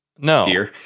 No